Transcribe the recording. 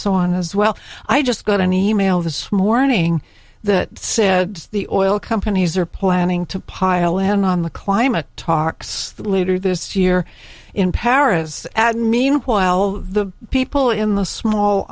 so on as well i just got an email this morning that said the oil companies are planning to pile in on the climate talks later this year in paris adding meanwhile the people in the small